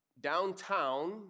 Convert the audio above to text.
downtown